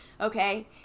okay